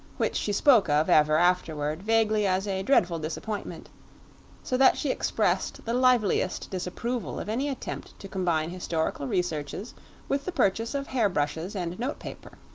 which she spoke of ever afterward vaguely as a dreadful disappointment so that she expressed the liveliest disapproval of any attempt to combine historical researches with the purchase of hairbrushes and notepaper.